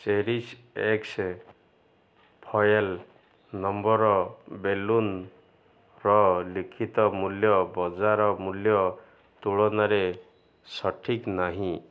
cherish X foil number ବେଲୁନ୍ର ଲିଖିତ ମୂଲ୍ୟ ବଜାର ମୂଲ୍ୟ ତୁଳନାରେ ସଠିକ୍ ନାହିଁ